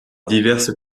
diverses